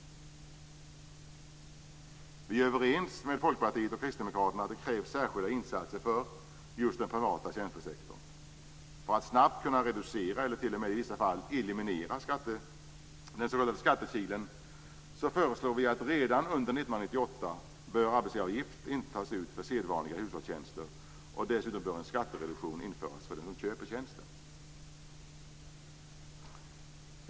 Moderaterna är överens med Folkpartiet och Kristdemokraterna om att det krävs särskilda insatser för just den privata tjänstesektorn. För att snabbt kunna reducera eller t.o.m. i vissa fall eliminera den s.k. skattekilen föreslår vi att arbetsgivaravgift redan fr.o.m. 1998 inte bör tas ut för sedvanliga hushållstjänster och dessutom att en skattereduktion bör införas för den som köper tjänsten.